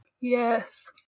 Yes